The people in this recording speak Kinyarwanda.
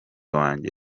wanjye